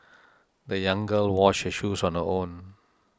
the young girl washed her shoes on her own